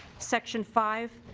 section five